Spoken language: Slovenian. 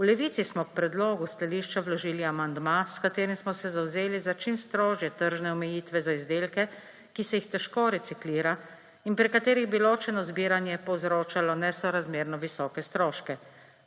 V Levici smo k predlogu stališča vložili amandma, s katerim smo se zavzeli za čim strožje tržne omejitve za izdelke, ki se jih težko reciklira in pri katerih bi ločeno zbiranje povzročalo nesorazmerno visoke stroške.